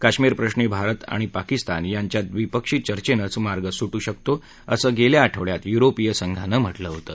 कश्मीर प्रश्नी भारत आणि पाकिस्तान यांच्यात द्विपक्षी चर्चेनच मार्ग सुटू शकतो असं गेल्या आठवड्यात युरोपीय संघानं म्हटलं होतं